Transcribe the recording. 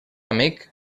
amic